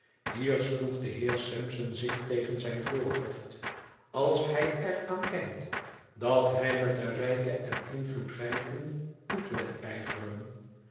hier sloeg de heer sampson zich tegen zijn voorhoofd als hij er aan denkt dat hij met de rijken en invloedrijken moet wedijveren